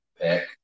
pick